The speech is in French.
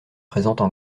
présentes